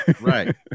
Right